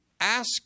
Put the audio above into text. ask